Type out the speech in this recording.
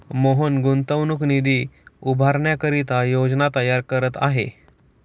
मोहन गुंतवणूक निधी उभारण्याकरिता योजना तयार करत आहे